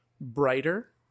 brighter